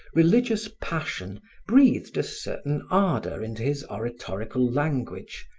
religious passion breathed a certain ardor into his oratorical language,